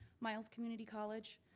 miles community college,